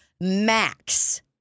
max